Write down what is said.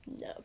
No